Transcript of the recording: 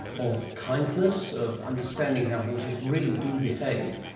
of kindness, of understanding how horses really do behave,